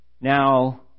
Now